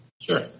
Sure